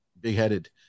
big-headed